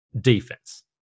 defense